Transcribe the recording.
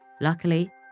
Luckily